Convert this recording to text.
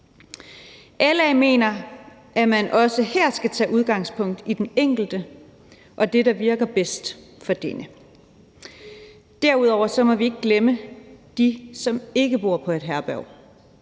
LA mener, at man også her skal tage udgangspunkt i den enkelte og det, der virker bedst for denne. Derudover må vi ikke glemme dem, som ikke bor på et herberg,